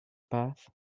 path